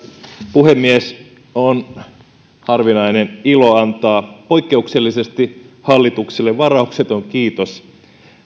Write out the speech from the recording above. puhemies on harvinainen ilo antaa hallitukselle poikkeuksellisesti varaukseton kiitos